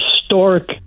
historic